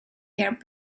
their